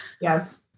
Yes